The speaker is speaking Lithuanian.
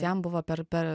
jam buvo per per